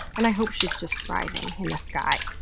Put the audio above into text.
and i hope she's just thriving in the sky,